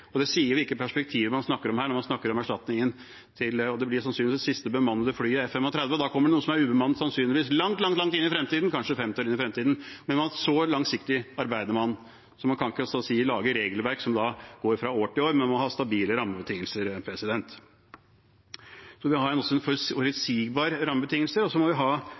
Det sier litt om hvilke perspektiver man snakker om her, når man snakker om erstatningen, og F-35 blir sannsynligvis det siste bemannede flyet. Da kommer noe som er ubemannet, sannsynligvis langt, langt inn i framtiden – kanskje 50 år inn i framtiden. Så langsiktig arbeider man. Så man kan altså ikke lage regelverk som går fra år til år – man må ha stabile rammebetingelser. Vi må ha forutsigbare rammebetingelser og et eksportkontrollregelverk som bedriftene kjenner seg igjen i, og som har gjenklang i bedriftene, så